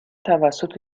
توسط